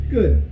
Good